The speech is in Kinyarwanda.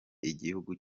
igihugu